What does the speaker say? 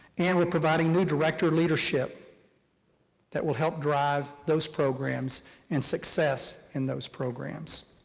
and we're providing new director leadership that will help drive those programs and success in those programs.